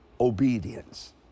obedience